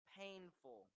painful